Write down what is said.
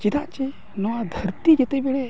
ᱪᱮᱫᱟᱜ ᱪᱮ ᱱᱚᱣᱟ ᱫᱷᱟᱹᱨᱛᱤ ᱡᱮᱛᱮ ᱵᱮᱲᱮ